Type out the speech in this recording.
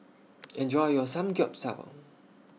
Enjoy your Samgeyopsal